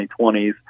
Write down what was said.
2020s